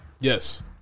Yes